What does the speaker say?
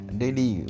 daily